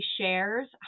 shares